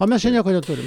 o mes čia nieko neturim